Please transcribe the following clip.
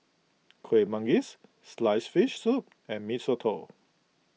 Kueh Manggis Sliced Fish Soup and Mee Soto